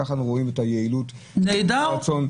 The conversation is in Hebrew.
כך אנחנו רואים את היעילות ואת הרצון,